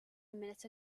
minute